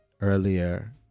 earlier